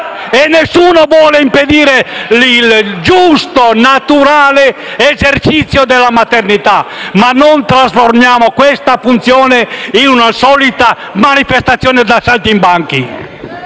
Nessuno vuole impedire il giusto e naturale esercizio della maternità, ma non trasformiamo questa funzione nella solita manifestazione da saltimbanchi!